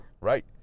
Right